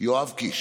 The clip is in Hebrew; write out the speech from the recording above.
יואב קיש